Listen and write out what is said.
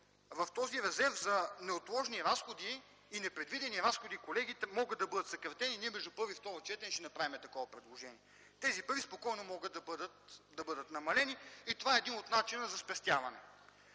в този резерв за неотложни и непредвидени разходи, колеги, могат да бъдат съкратени и ние между първо и второ четене ще направим такова предложение. Тези пари спокойно могат да бъдат намалени и това е един от начините за спестяване.